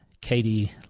Katie